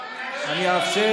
אני אאפשר.